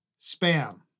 spam